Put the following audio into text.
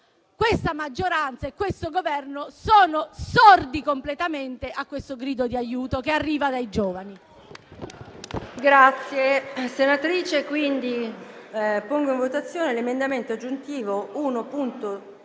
questa maggioranza e questo Governo sono completamente sordi al grido di aiuto che arriva dai giovani.